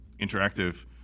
interactive